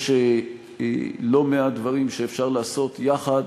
יש לא מעט דברים שאפשר לעשות יחד.